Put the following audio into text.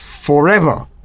forever